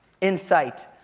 insight